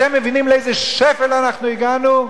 אתם מבינים לאיזה שפל אנחנו הגענו?